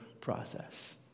process